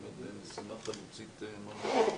זו משימה חלוצית ממלכתית.